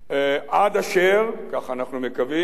עד אשר, כך אנו מקווים,